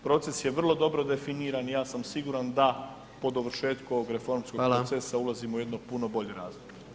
Proces je vrlo dobro definiran i ja sam siguran da po dovršetku ovog reformskog [[Upadica: Hvala]] procesa ulazimo u jedno puno bolje razdoblje.